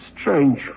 strange